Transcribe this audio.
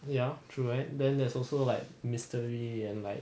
ya true and then there's also like mystery and like